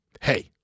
hey